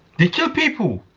do kill people